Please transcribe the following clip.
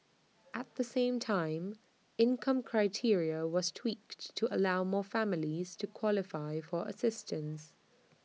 at the same time income criteria was tweaked to allow more families to qualify for assistance